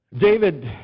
David